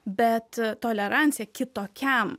bet tolerancija kitokiam